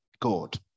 God